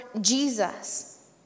Jesus